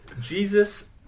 Jesus